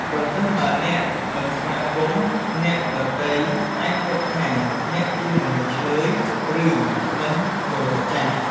ប្រសិនបើអ្នកមិនស្វាគមន៍ អ្នកដទៃអាចគិតថាអ្នកជាមនុស្សឈ្លើយ ឬមិនគោរពចាស់។